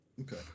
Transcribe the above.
okay